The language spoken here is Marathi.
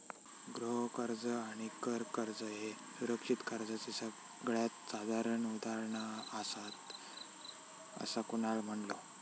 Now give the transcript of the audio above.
गृह कर्ज आणि कर कर्ज ह्ये सुरक्षित कर्जाचे सगळ्यात साधारण उदाहरणा आसात, असा कुणाल म्हणालो